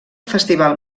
festival